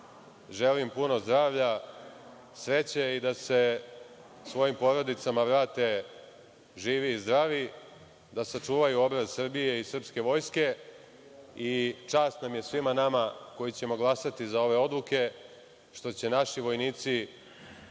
želim puno zdravlja, sreće i da se svojim porodicama vrate živi i zdravi, da sačuvaju obraz Srbije i srpske vojske i čast nam je svima nama koji ćemo glasati za ove odluke, što će naši vojnici